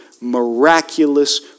miraculous